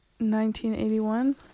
1981